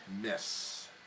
Miss